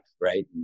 right